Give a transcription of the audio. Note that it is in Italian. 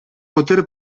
poter